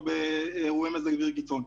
או באירועי מזג אוויר קיצון,